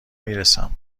میرسم